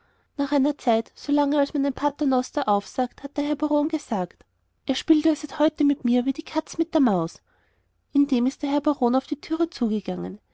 nach einer zeit so lange als man ein paternoster aufsagt hat der herr baron gesagt er spielt ja seit heute mit mir wie die katze mit der maus indem ist der herr baron auf die türe zugegangen